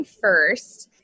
first